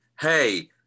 hey